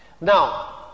Now